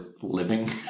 living